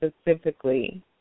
specifically